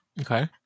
Okay